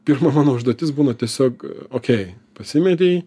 pirma mano užduotis būna tiesiog okei pasimetei